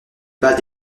bas